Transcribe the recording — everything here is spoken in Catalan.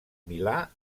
milà